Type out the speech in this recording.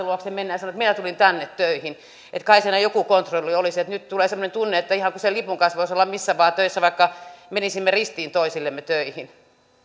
luokse mennä ja sanoa että minä tulin tänne töihin että kai siinä joku kontrolli olisi nyt tulee ihan semmoinen tunne kuin sen lipun kanssa voisi olla missä vain töissä vaikka menisimme ristiin toisillemme töihin